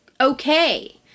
okay